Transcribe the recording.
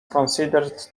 considered